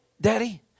Daddy